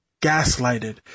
gaslighted